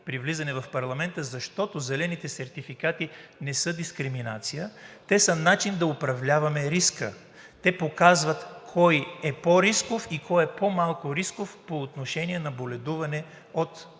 при влизане в парламента, защото зелените сертификати не са дискриминация, те са начин да управляваме риска. Те показват кой е по-рисков и кой е по-малко рисков по отношение на боледуване от това